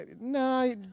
no